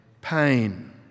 pain